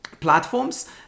platforms